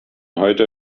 heute